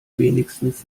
wenigstens